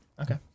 Okay